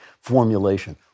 formulation